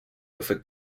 with